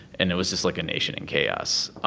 and it was just like a nation in chaos.